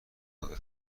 عادت